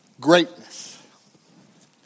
greatness